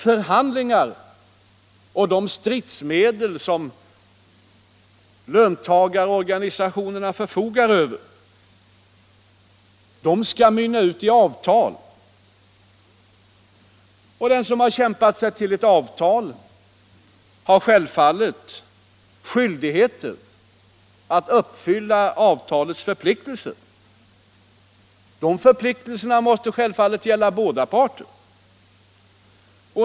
Förhandlingar och de stridsmedel som löntagarorganisationerna förfogar över skall mynna ut i avtal. Den som har kämpat sig till ett avtal har självfallet skyldigheter att uppfylla avtalets förpliktelser. Dessa förpliktelser måste naturligtvis gälla båda parter.